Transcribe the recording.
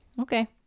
Okay